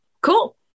cool